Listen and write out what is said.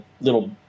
little